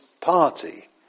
party